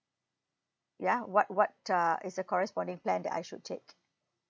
ya what what uh is a corresponding plan that I should take